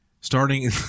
starting